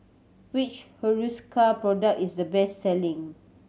which Hiruscar product is the best selling